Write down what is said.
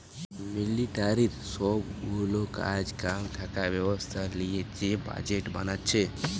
মিলিটারির সব গুলা কাজ কাম থাকা ব্যবস্থা লিয়ে যে বাজেট বানাচ্ছে